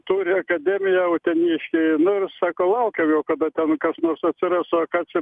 turį akademiją uteniškiai nu ir sako laukiau jau kada ten kas nors atsiras o ką čia